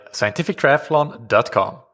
scientifictriathlon.com